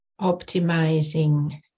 optimizing